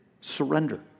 surrender